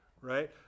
right